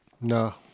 No